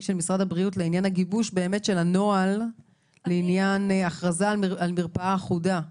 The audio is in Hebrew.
של משרד הבריאות לעניין הגיבוש של הנוהל לעניין הכרזה על מרפאה אחודה,